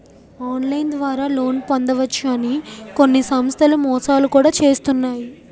online ద్వారా loan పొందవచ్చు అని కొన్ని సంస్థలు మోసాలు కూడా చేస్తున్నాయి